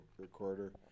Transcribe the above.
recorder